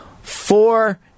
four